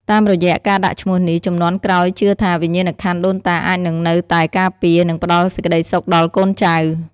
តាមរយៈការដាក់ឈ្មោះនេះ ជំនាន់ក្រោយជឿថា វិញ្ញាណក្ខន្ធដូនតាអាចនឹងនៅតែការពារ និងផ្តល់សេចក្តីសុខដល់កូនចៅ។